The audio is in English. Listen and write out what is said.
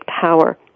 power